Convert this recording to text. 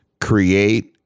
create